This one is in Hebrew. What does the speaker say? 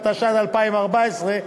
התשע"ד 2014,